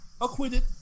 acquitted